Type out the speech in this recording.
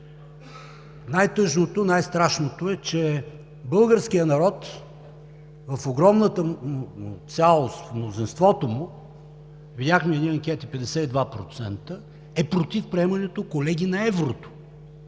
Най-тъжното, най-страшното е, че българският народ в огромната му цялост, мнозинството му – видяхме едни анкети: 52% са против приемането на еврото,